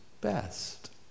best